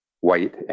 white